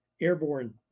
airborne